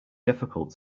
difficult